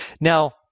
Now